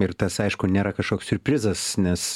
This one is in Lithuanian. ir tas aišku nėra kažkoks siurprizas nes